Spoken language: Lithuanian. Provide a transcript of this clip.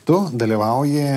tu dalyvauji